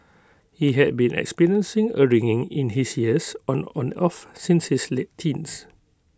he had been experiencing A ringing in his ears on and off since his late teens